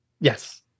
Yes